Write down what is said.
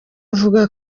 avuga